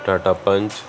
Tata punch